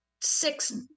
six